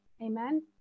Amen